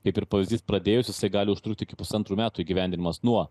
kaip ir pavyzdys pradėjus jisai gali užtrukti iki pusantrų metų įgyvendinimas nuo